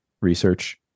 research